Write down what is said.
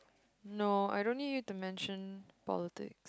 no I don't need you to mention politic